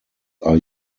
are